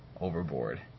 overboard